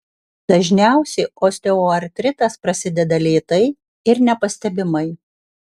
dažniausiai osteoartritas prasideda lėtai ir nepastebimai